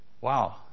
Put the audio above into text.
Wow